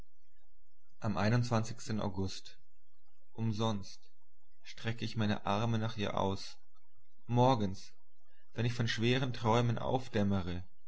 am august umsonst strecke ich meine arme nach ihr aus morgens wenn ich von schweren träumen aufdämmere